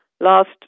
Last